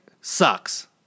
sucks